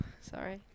sorry